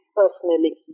personally